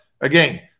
again